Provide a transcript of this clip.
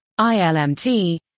ILMT